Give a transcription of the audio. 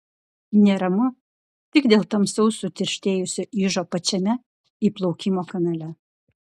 neramu tik dėl tamsaus sutirštėjusio ižo pačiame įplaukimo kanale